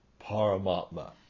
paramatma